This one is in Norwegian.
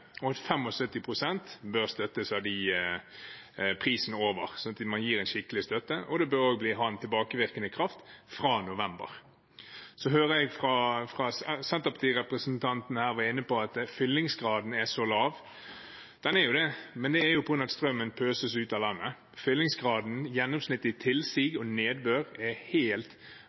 og at man bør støtte 75 pst. av prisen over, slik at man gir en skikkelig støtte. Det bør også ha en tilbakevirkende kraft, fra november. Senterpartirepresentanten var her inne på at fyllingsgraden er lav. Den er jo det, men det er jo på grunn av at strømmen pøses ut av landet. Fyllingsgraden, gjennomsnittlig tilsig og nedbør er helt